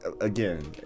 again